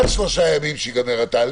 עד שלושה ימים שייגמר התהליך,